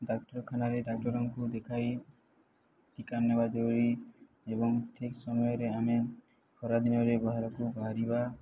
ଡାକ୍ତରଖାନାରେ ଡାକ୍ଟରଙ୍କୁ ଦେଖାଇ ଟୀକା ନେବା ଜରୁରୀ ଏବଂ ଠିକ୍ ସମୟରେ ଆମେ ଖରାଦିନରେ ବାହାରକୁ ବାହାରିବା